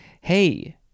Hey